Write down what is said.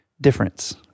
difference